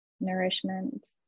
nourishment